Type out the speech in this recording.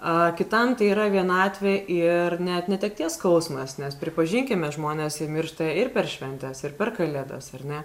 a kitam tai yra vienatvė ir net netekties skausmas nes pripažinkime žmonės miršta ir per šventes ir per kalėdas ar ne